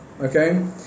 Okay